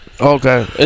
Okay